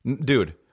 Dude